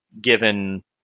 Given